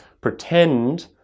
pretend